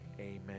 Amen